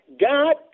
God